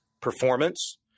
performance